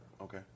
Okay